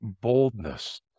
boldness